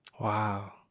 wow